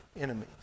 enemies